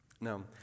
No